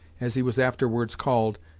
as he was afterwards called,